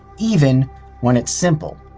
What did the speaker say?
even when it's simple.